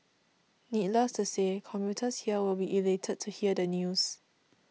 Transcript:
needless to say commuters here will be elated to hear the news